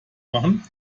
machen